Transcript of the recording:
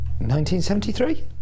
1973